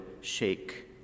shake